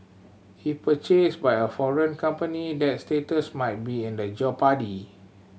if purchased by a foreign company that status might be in jeopardy